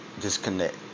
disconnect